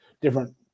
different